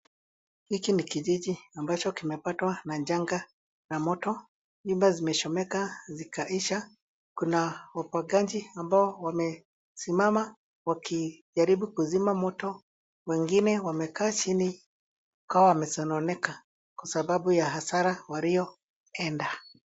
Hiki ni kijiji ambacho kimepatwa na janga la moto. Nyumba zimechomeka zikaisha. Kuna wapangaji ambao wamesimama wakijaribu kuzima moto, wengine wamekaa chini kama wamesononeka kwa sababu ya hasara walioenda.